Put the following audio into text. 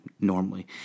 normally